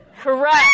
Correct